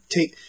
take